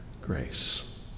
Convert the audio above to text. Grace